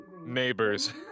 neighbors